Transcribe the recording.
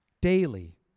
daily